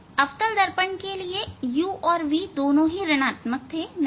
अवतल दर्पण के लिए u और v दोनों ही ऋणआत्मक थे